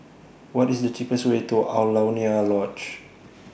What IS The cheapest Way to Alaunia Lodge